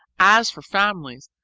as for families!